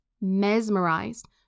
mesmerized